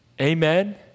Amen